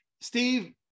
Steve